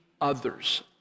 Others